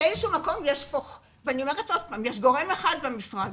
יש גורם אחד במשרד